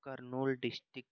Kurnool district